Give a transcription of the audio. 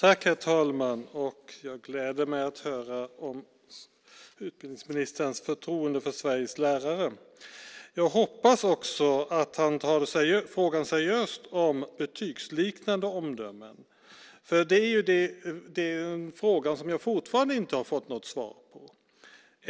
Herr talman! Jag gläder mig över att höra om utbildningsministerns förtroende för Sveriges lärare. Jag hoppas också att han tar frågan om betygsliknande omdömen seriöst. Det är en fråga som jag fortfarande inte har fått något svar på.